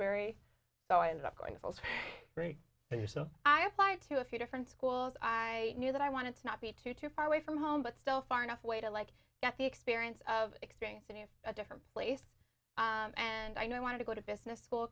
very so i ended up going for you so i applied to a few different schools i knew that i wanted to not be too far away from home but still far enough away to like get the experience of experience in a different place and i knew i wanted to go to business school